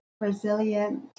resilient